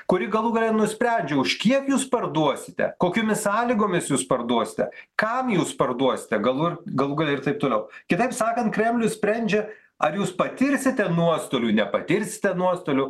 kuri galų gale nusprendžia už kiek jūs parduosite kokiomis sąlygomis jūs parduosite kam jūs parduosite galu galų gale ir taip toliau kitaip sakant kremlius sprendžia ar jūs patirsite nuostolių nepatirsite nuostolių